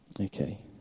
Okay